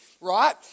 right